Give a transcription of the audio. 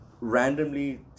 randomly